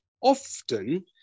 often